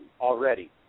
already